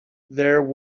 there